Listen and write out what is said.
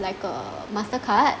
like a mastercard